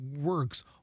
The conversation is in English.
works